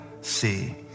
see